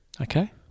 Okay